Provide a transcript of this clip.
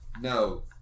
No